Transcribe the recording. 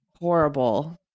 horrible